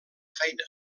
feina